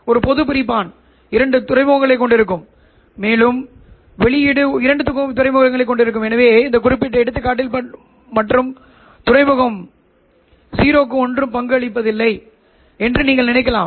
ஒரு பொதுப் பிரிப்பான் இரண்டு துறைமுகங்களைக் கொண்டிருக்கும் மேலும் வெளியீடு இரண்டு துறைமுகங்களையும் கொண்டிருக்கும் எனவே இந்த குறிப்பிட்ட எடுத்துக்காட்டில் மற்ற துறைமுகம் 0 க்கு ஒன்றும் பங்களிப்பதில்லை என்று நீங்கள் நினைக்கலாம்